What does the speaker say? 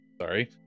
Sorry